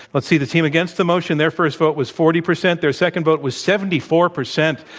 let's see, the team against the motion, their first vote was forty percent. their second vote was seventy four percent.